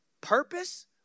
purpose